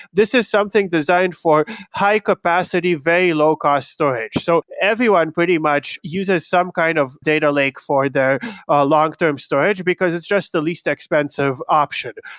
this is something designed for high capacity, very low-cost storage. so everyone pretty much uses some kind of data lake for their long-term storage, because it's just the least expensive option.